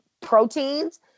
proteins